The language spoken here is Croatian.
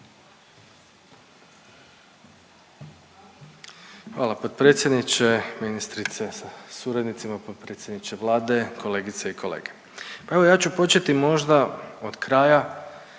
Hvala potpredsjedniče, ministrice sa suradnicima, potpredsjedniče Vlade, kolegice i kolege. Pa evo ja ću početi možda od kraja